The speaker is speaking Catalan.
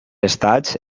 estats